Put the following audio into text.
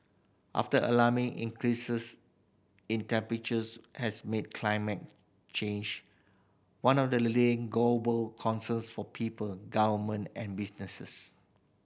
after alarming increases in temperatures has made climate change one of the leading global concerns for people government and businesses